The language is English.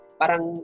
parang